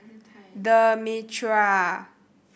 The Mitraa